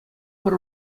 пӗр